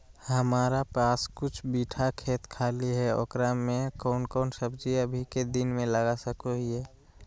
हमारा पास कुछ बिठा खेत खाली है ओकरा में कौन कौन सब्जी अभी के दिन में लगा सको हियय?